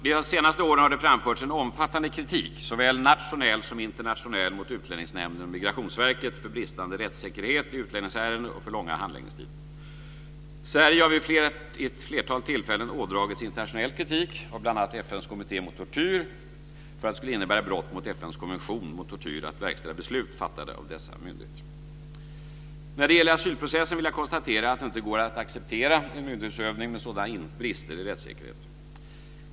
De senaste åren har det framförts en omfattande kritik, såväl nationell som internationell, mot Utlänningsnämnden och Migrationsverket för bristande rättssäkerhet i utlänningsärenden och för långa handläggningstider. Sverige har vid ett flertal tillfällen ådragit sig internationell kritik av bl.a. FN:s kommitté mot tortyr för att det skulle innebära brott mot FN:s konvention mot tortyr att verkställa beslut fattade av dessa myndigheter. När det gäller asylprocessen vill jag konstatera att det inte går att acceptera en myndighetsutövning med sådana brister i rättssäkerheten.